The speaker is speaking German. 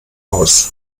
aus